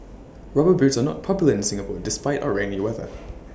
rubber boots are not popular in Singapore despite our rainy weather